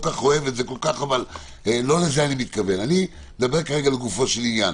אבל לא לזה אני מתכוון אלא מדבר לגופו של עניין.